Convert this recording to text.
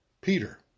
Peter